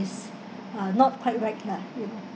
uh not quite right lah